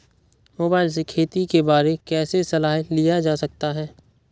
Mobile से खेती के बारे कैसे सलाह लिया जा सकता है?